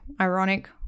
ironic